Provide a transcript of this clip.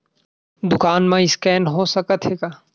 दुकान मा स्कैन हो सकत हे का?